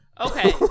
okay